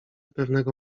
pewnego